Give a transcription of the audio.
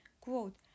Quote